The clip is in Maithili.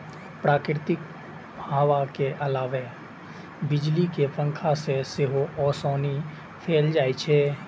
प्राकृतिक हवा के अलावे बिजली के पंखा से सेहो ओसौनी कैल जाइ छै